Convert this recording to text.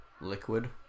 Liquid